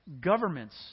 governments